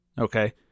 Okay